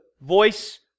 voice